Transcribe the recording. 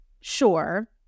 sure